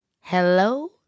hello